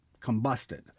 combusted